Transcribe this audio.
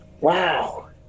Wow